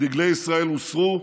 דגלי ישראל הוסרו,